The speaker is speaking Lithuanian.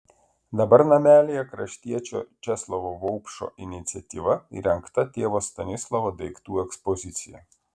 dabar namelyje kraštiečio česlovo vaupšo iniciatyva įrengta tėvo stanislovo daiktų ekspozicija